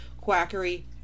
quackery